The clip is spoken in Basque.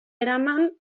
eraman